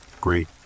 Great